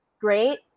great